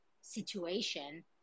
situation